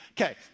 Okay